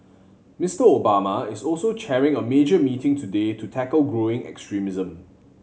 Mister Obama is also chairing a major meeting today to tackle growing extremism